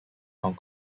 hong